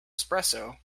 espresso